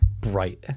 bright